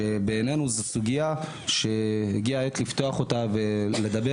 בעינינו זו סוגיה שהגיעה העת לפתוח אותה ולדבר